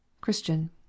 Christian